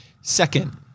Second